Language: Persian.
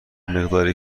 مقداری